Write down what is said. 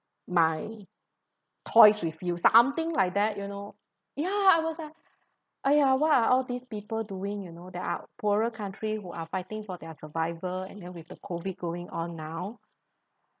my toys with you something like that you know ya I was ah !aiya! why are all these people doing you know there are poorer country who are fighting for their survival and you know with the COVID going on now